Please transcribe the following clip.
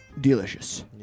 delicious